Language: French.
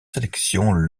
sélection